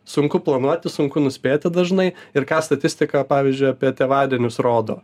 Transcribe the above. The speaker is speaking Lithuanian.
sunku planuoti sunku nuspėti dažnai ir ką statistika pavyzdžiui apie tėvadienius rodo